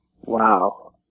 Wow